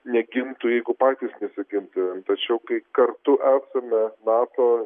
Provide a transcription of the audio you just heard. negintų jeigu patys nesigintumėm tačiau kai kartu esame nato